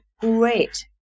great